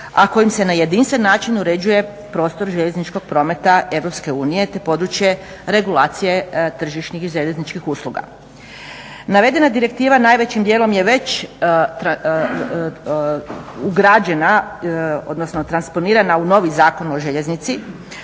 a kojim se na jedinstven način uređuje prostor željezničkog prometa Europske unije te područje regulacije tržišnih i željezničkih usluga. Navedena direktiva najvećim dijelom je već ugrađena, odnosno transponirana u novi Zakon o željeznici,